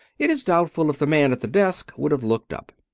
it is doubtful if the man at the desk would have looked up.